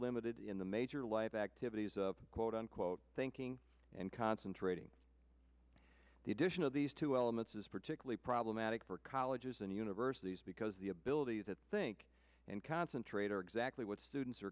limited in the major life activities of quote unquote thinking and concentrating the addition of these two elements is particularly problematic for colleges and universities because the ability to think and concentrate are exactly what students are